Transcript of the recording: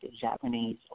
Japanese